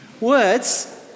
Words